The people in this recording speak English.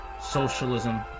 socialism